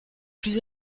plus